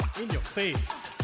in-your-face